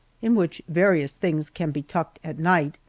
in which various things can be tucked at night.